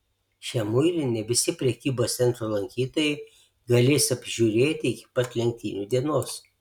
šią muilinę visi prekybos centro lankytojai galės apžiūrėti iki pat lenktynių dienos